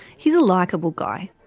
he's a likeable guy,